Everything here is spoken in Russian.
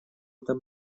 это